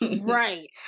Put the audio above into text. Right